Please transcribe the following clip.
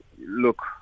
look